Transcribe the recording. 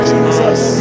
Jesus